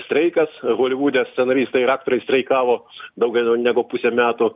streikas holivude scenaristai ir aktoriai streikavo daugiau negu pusę metų